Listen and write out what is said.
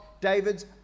David's